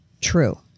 true